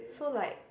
so like